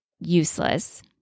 useless